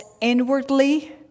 inwardly